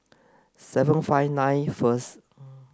seven five nine first